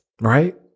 Right